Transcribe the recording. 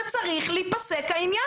העניין הזה צריך להיפסק.